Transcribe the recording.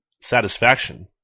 satisfaction